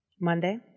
Monday